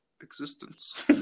existence